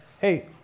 hey